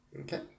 Okay